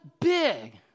big